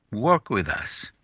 work with us,